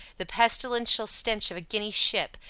the pestilential stench of a guinea ship,